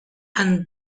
and